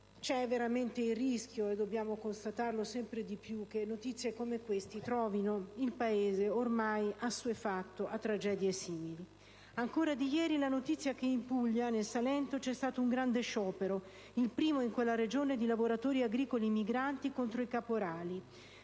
c'è veramente il rischio - e dobbiamo costatarlo sempre di più - che notizie come queste trovino il Paese ormai assuefatto a tragedie simili. È ancora di ieri la notizia che in Puglia, nel Salento, c'è stato un grande sciopero, il primo in quella Regione di lavoratori agricoli immigrati contro i caporali.